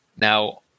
Now